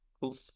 cool